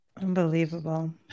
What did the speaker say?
unbelievable